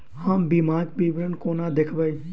हम बीमाक विवरण कोना देखबै?